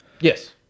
Yes